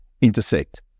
intersect